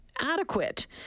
adequate